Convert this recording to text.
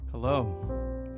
Hello